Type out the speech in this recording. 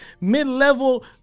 mid-level